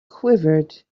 quivered